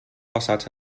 basats